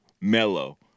mellow